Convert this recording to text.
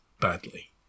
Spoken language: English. badly